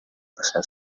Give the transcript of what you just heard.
passar